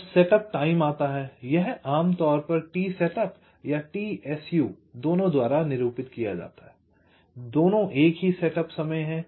तब setup time आता है यह आमतौर पर t सेटअप या t su दोनों द्वारा निरूपित किया जाता है दोनों एक ही सेटअप समय हैं